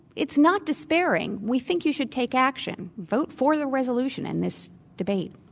it's not despairing. we think you should take action. vote for the resolution in this debate.